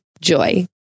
Joy